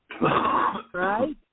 Right